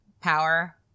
power